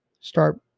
Start